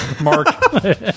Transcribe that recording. Mark